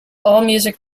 allmusic